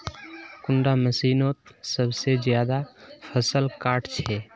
कुंडा मशीनोत सबसे ज्यादा फसल काट छै?